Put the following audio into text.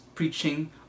preaching